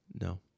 No